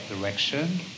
direction